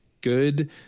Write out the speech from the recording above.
good